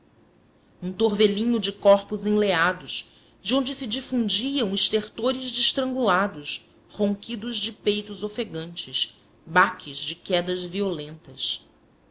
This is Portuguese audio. um torvelinho de corpos enleados de onde se difundiam estertores de estrangulados ronquidos de peitos ofegantes baques de quedas violentas